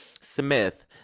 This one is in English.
Smith